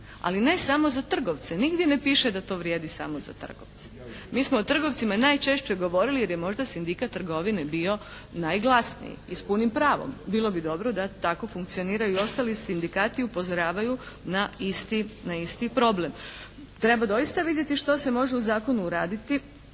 ali ne samo za trgovce. Nigdje ne piše da to vrijedi samo za trgovce. Mi smo o trgovcima najčešće govorili jer je možda Sindikat trgovine bio najglasniji i s punim pravom. Bilo bi dobro da tako funkcioniraju i ostali sindikati i upozoravaju na isti problem. Treba doista vidjeti što se može u zakonu uraditi